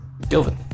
Gilvin